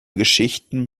geschichten